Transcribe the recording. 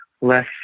less